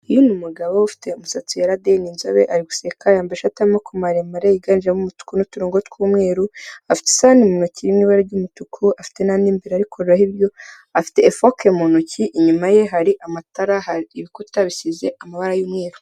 Uyu ni umugabo ufite umusatsi wera de, ni inzobe, ari guseka yambaye ishati yamaboko maremare yiganjemo uturongo twamabara y'umweru, afite isahani mu ntoki ifite ibara ry'umweru, afite efoke mu ntoki inyuma ye hari amatara, hari ibikuta bisize amabara y'umweruru.